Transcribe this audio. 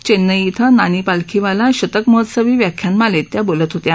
चेन्नई इथं नानी पालखीवाला शतक महोत्सवी व्याख्यानमालेत त्या बोलत होत्या